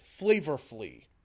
flavorfully